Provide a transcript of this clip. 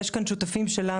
יש כאן בחדר שותפים שלנו